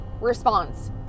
response